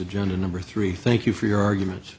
agenda number three thank you for your arguments